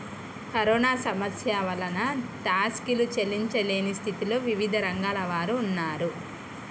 corona సమస్య వలన టాక్సీలు చెల్లించలేని స్థితిలో వివిధ రంగాల వారు ఉన్నారు